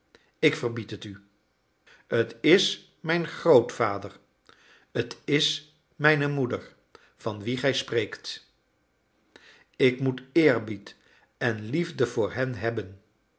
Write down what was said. ik verbied het u t is mijn grootvader t is mijne moeder van wie gij spreekt ik moet eerbied en liefde voor hen hebben